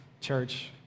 church